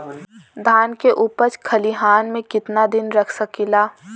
धान के उपज खलिहान मे कितना दिन रख सकि ला?